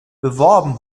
beworben